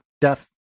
death